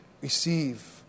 Receive